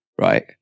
right